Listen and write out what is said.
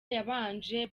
yabanje